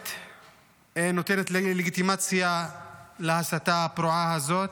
המערכת נותנת לגיטימציה להסתה הפרועה הזאת,